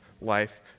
life